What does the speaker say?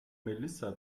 melissa